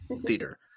theater